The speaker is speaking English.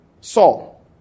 Saul